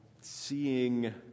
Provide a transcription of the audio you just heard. seeing